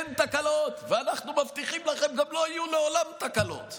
אין תקלות ואנחנו מבטיחים לכם שגם לא יהיו לעולם תקלות,